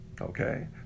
Okay